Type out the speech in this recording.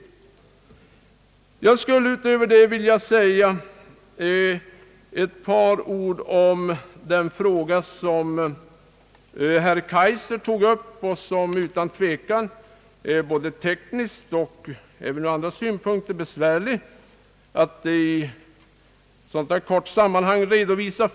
Utöver detta skulle jag vilja säga ett par ord om den fråga som herr Kaijser tog upp och som utan tvekan ur tekniska och andra synpunkter är besvärlig att i korthet redovisa.